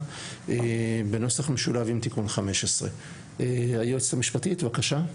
בנוסח משולב עם תיקון 15. היועצת המשפטית בבקשה.